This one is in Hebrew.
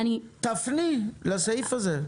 תפני לסעיף הזה.